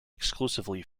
exclusively